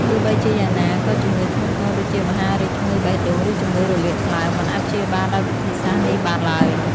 ទោះបីជាយ៉ាងណា ក៏ជំងឺធ្ងន់ធ្ងរដូចជា មហារីក ជំងឺបេះដូង ឬជំងឺរលាកថ្លើម មិនអាចព្យាបាលដោយវិធីសាស្ត្រនេះបានឡើយ។